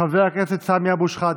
חבר הכנסת סמי אבו שחאדה,